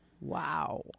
wow